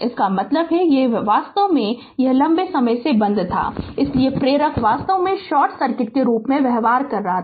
इसका मतलब है यह वास्तव में यह एक लंबे समय से बंद था इसलिए प्रेरक वास्तव में शॉर्ट सर्किट के रूप में व्यवहार कर रहा था